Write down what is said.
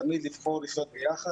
תמיד לבחור לחיות ביחד,